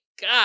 God